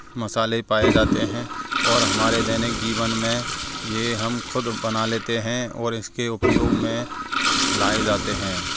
मसाले पाए जाते हैं और हमारे दैनिक जीवन में ये हम खुद बना लेते हैं और इसके उपयोग में लाए जाते हैं